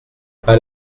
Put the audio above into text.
pas